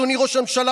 אדוני ראש הממשלה,